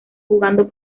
jugando